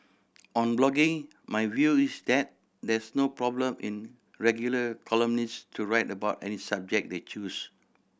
on blogging my view is that there's no problem in regular columnists to write about any subject they choose